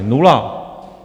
Nula.